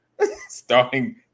starting